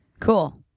cool